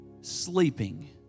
sleeping